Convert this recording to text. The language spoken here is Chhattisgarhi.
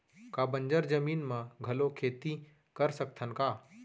का बंजर जमीन म घलो खेती कर सकथन का?